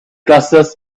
glasses